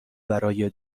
برای